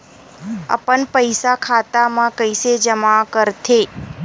अपन पईसा खाता मा कइसे जमा कर थे?